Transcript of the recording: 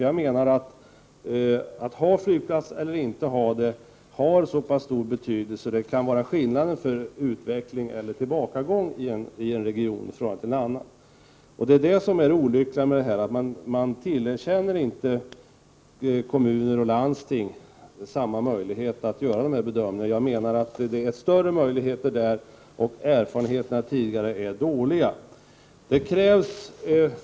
Jag menar att detta att ha flygplats eller inte ha flygplats är av så pass stor betydelse att det kan vara avgörande för utveckling eller tillbakagång i en region i förhållande till en annan. Det olyckliga med detta förslag är att man inte tillerkänner kommuner och landsting samma möjlighet att göra dessa bedömningar. Jag menar att möjligheterna är större där och att de tidigare erfarenheterna är dåliga.